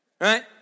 Right